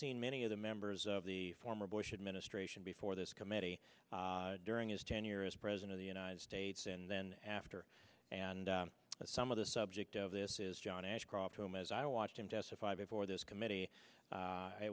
seen many of the members of the former bush administration before this committee during his tenure as president of the united states and then after and some of the subject of this is john ashcroft well as i watched him testify before this committee